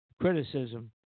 criticism